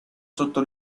sotto